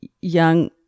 young